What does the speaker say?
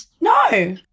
No